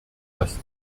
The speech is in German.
das